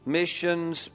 missions